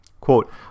Quote